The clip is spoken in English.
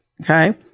Okay